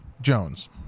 Jones